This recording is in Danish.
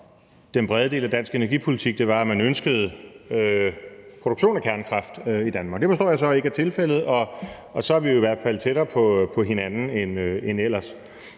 den brede del af dansk energipolitik, ønskede produktion af kernekraft i Danmark. Det forstår jeg så ikke er tilfældet, og så er vi jo i hvert fald tættere på hinanden end ellers.